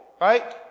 right